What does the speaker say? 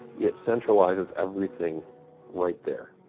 it centralizes everything right there.